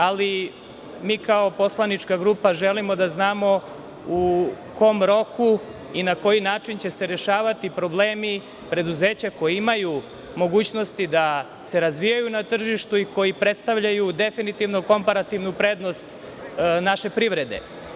Ali, mi kao poslanička grupa želimo da znamo u kom roku i na koji način će se rešavati problemi preduzeća koja imaju mogućnosti da se razvijaju na tržištu i koji predstavljaju definitivno komparativnu prednost naše privrede.